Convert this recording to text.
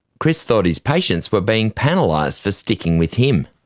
chris thought his patients were being penalised for sticking with him.